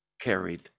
carried